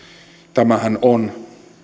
tämähän on